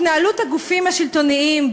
התנהלות הגופים השלטוניים,